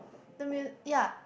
the mu~ yea